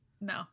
No